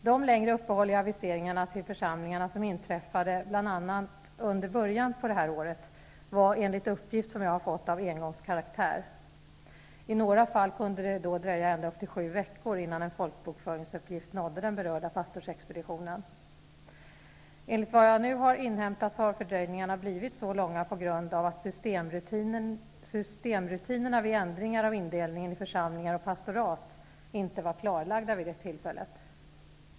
De längre uppehåll i aviseringarna till församlingarna som inträffade bl.a. under början på detta år var enligt uppgift som jag har fått av engångskaraktär. I några fall kunde det då dröja ända upp till sju veckor innan en folkbokföringsuppgift nådde den berörda pastorsexpeditionen. Enligt vad jag nu har inhämtat har fördröjningarna blivit så långa på grund av att systemrutinerna vid ändringar av indelningen i församlingar och pastorat inte var klarlagda.